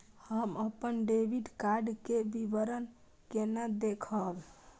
हम अपन debit card के विवरण केना देखब?